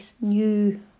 new